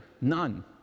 none